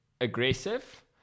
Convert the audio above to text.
aggressive